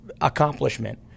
accomplishment